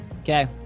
Okay